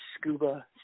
Scuba